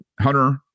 Hunter